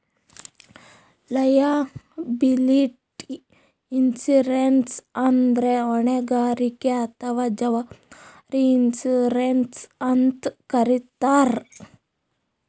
liability insurance ಅಂದ್ರ ಹೊಣೆಗಾರಿಕೆ ಅಥವಾ ಜವಾಬ್ದಾರಿ ಇನ್ಶೂರೆನ್ಸ್ ಅಂತ್ ಕರಿತಾರ್